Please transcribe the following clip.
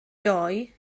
doi